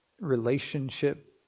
relationship